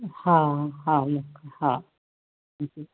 हा हा हा